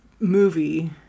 movie